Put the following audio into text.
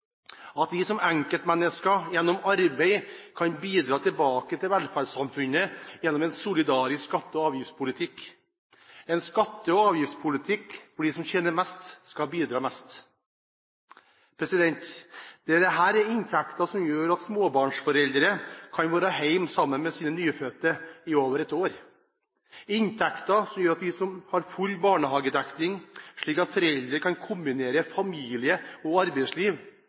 at vi som enkeltmennesker gjennom arbeid kan bidra tilbake til velferdssamfunnet gjennom en solidarisk skatte- og avgiftspolitikk, en skatte- og avgiftspolitikk hvor de som tjener mest, skal bidra mest. Dette er inntekter som gjør at småbarnsforeldre kan være hjemme sammen med sine nyfødte i over ett år inntekter som gjør at vi har full barnehagedekning, slik at foreldre kan kombinere familie og arbeidsliv,